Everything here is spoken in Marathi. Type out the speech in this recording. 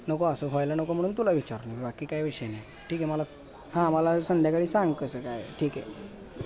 नको असं व्हायला नको म्हणून तुला विचारलं बाकी काय विषय नाही ठीक आहे मला हां मला संध्याकाळी सांग कसं काय ठीक आहे